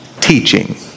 Teaching